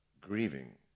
grieving